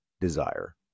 desire